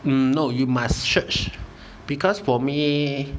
mm no you must search because for me